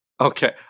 Okay